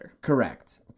Correct